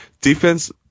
Defense